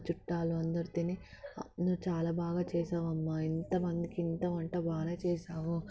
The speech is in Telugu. మా చుట్టాలు అందరు తిని నువ్వు చాలా బాగా చేసావ్ అమ్మ ఎంతమందికి ఇంత వంట బాగానే చేశావు